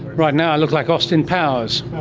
but now i look like austin powers.